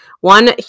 one